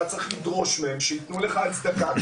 אתה צריך לדרוש מהם שייתנו לך הצדקה.